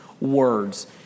words